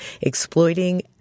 exploiting